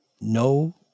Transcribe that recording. no